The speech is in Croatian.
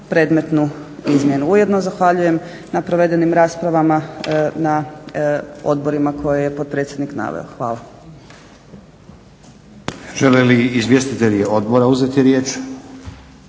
predmetnu izmjenu. Ujedno zahvaljujem na provedenim raspravama na odborima koje je potpredsjednik naveo. Hvala.